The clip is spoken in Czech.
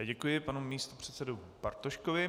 Děkuji panu místopředsedovi Bartoškovi.